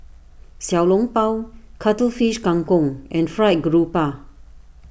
Xiao Long Bao Cuttlefish Kang Kong and Fried Grouper